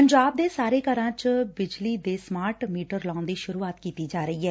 ਪੰਜਾਬ ਦੇ ਸਾਰੇ ਘਰਾਂ ਵਿਚ ਬਿਜਲੀ ਦੇ ਸਮਾਰਟ ਮੀਟਰ ਲਾਉਣ ਦੀ ਸੂਰੁਆਤ ਕੀਤੀ ਜਾ ਰਹੀ ਐ